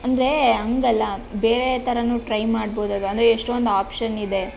ಅಂದರೆ ಹಾಗಲ್ಲ ಬೇರೆ ಥರನು ಟ್ರೈ ಮಾಡ್ಬೋದಲ್ವಾ ಅಂದರೆ ಎಷ್ಟೊಂದು ಆಪ್ಷನ್ ಇದೆ